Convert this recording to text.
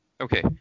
Okay